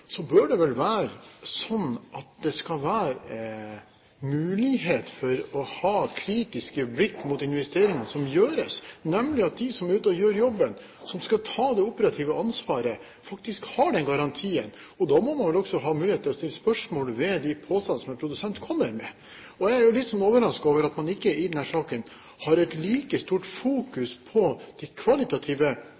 bør det vel være mulig å rette kritiske blikk mot investeringer som gjøres, nemlig for at de som er ute og gjøre jobben, og som skal ta det operative ansvaret, faktisk har den garantien. Og da må man vel også ha mulighet for å stille spørsmål ved de påstandene som en produsent kommer med. Jeg er litt overrasket over at man i denne saken ikke har like stort